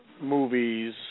movies